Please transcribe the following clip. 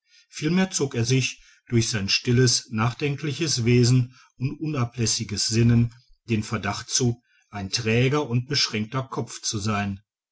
vielmehr zog er sich durch sein stilles nachdenkliches wesen und unablässiges sinnen den verdacht zu ein träger und beschränkter kopf zu sein